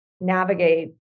navigate